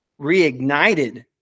reignited